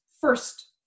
first